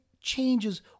changes